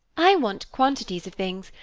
i want quantities of things,